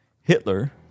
Hitler